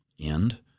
end